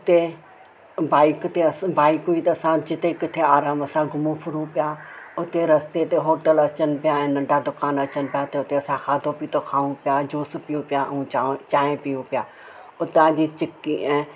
उते बाइक ते अस बाइक हुई त असां जिते किथे आराम सां घुमूं फिरूं पिया उते रस्ते ते होटल अचनि पिया वॾा ऐं नंढा दुकान अचनि पिया त उते असां खाधो पीतो खाऊं पिया जूस पियूं पिया ऐं चांहि पियूं पिया उतां जी चिकी ऐं